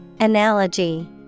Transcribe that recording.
Analogy